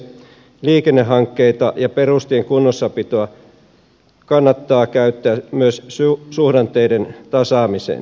liikennehankkeita ja perustienpitoa kannattaa käyttää myös suhdanteiden tasaamiseen